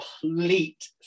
complete